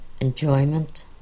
enjoyment